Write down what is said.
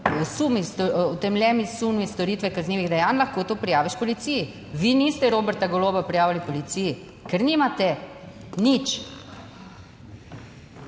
utemeljeni sumi storitve kaznivih dejanj, lahko to prijaviš policiji. Vi niste Roberta Goloba prijavili policiji, ker nimate nič.